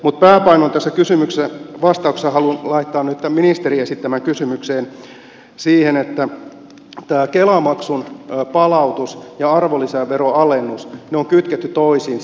mutta pääpainon tässä vastauksessa haluan laittaa nyt tähän ministerin esittämään kysymykseen siihen että tämä kela maksun palautus ja arvonlisäveron alennus on kytketty toisiinsa